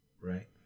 Right